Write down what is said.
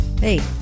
Hey